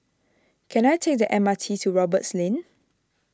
can I take the M R T to Roberts Lane